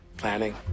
Planning